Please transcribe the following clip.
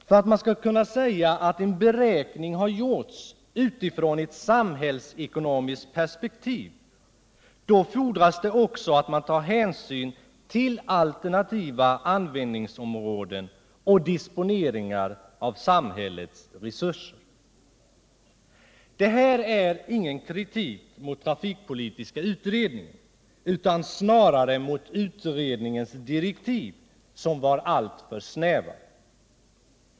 För att man skall kunna säga att en beräkning har gjorts utifrån ett samhällsekonomiskt perspektiv fordras det också att man tar hänsyn till alternativa användningsområden och disponeringar av samhällets resurser. Detta är ingen kritik mot trafikpolitiska utredningen, utan snarare mot utredningens direktiv, som var alltför snäva.